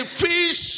fish